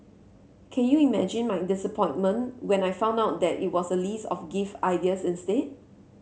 can you imagine my disappointment when I found out that it was a list of gift ideas instead